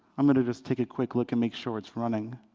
i'm going to just take a quick look and make sure it's running.